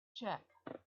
check